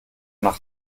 nach